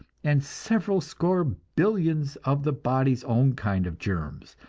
and several score billions of the body's own kind of germs,